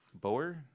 Boer